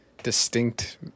distinct